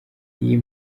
iyi